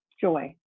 joy